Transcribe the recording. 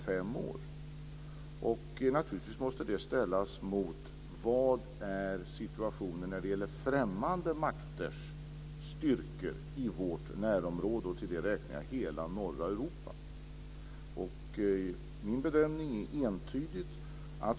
Detta måste naturligtvis ställas mot situationen när det gäller främmande makters styrkor i vårt närområde, och till detta räknar jag hela norra Europa. Min bedömning är entydig.